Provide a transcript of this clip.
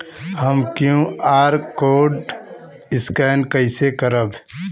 हम QR code scan कइसे करब?